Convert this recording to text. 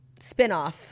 Spinoff